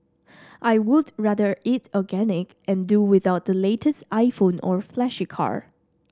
I would rather eat organic and do without the latest iPhone or flashy car